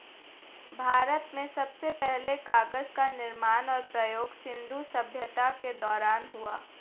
भारत में सबसे पहले कागज़ का निर्माण और प्रयोग सिन्धु सभ्यता के दौरान हुआ